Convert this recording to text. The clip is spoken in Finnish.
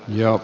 puhemies